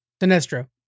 Sinestro